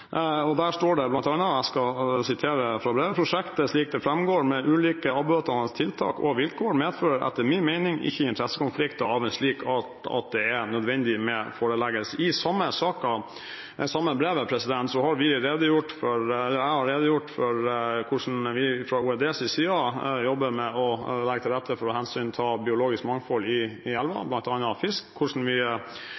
2015. Der står det bl.a. – jeg siterer fra brevet: «Prosjektet slik det fremgår med ulike avbøtende tiltak og vilkår, medfører etter min mening ikke interessekonflikter av en slik art at det er nødvendig med foreleggelse for Stortinget.» I det samme brevet har jeg redegjort for hvordan vi fra Olje- og energidepartementets side jobber med å legge til rette for å ta hensyn til biologisk mangfold i elver – bl.a. fisk – hvordan vi